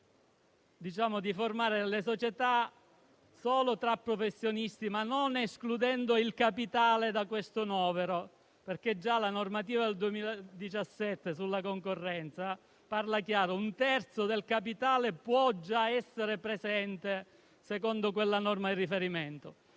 di formare società solo tra professionisti, ma non escludendo il capitale da tale novero, perché la normativa del 2017 sulla concorrenza parla chiaro: un terzo del capitale può già essere presente, secondo la normativa di riferimento.